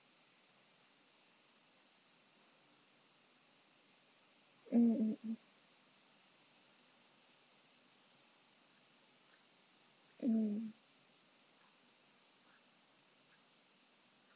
mm mm mm mm